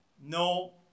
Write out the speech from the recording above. No